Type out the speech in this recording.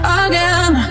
again